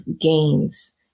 gains